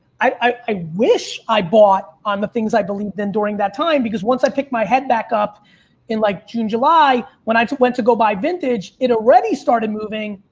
i i wish i bought on the things i believed in during that time because once i picked my head back up in like june, july, when i went to go buy vintage, it already started moving.